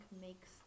makes